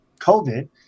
COVID